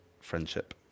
friendship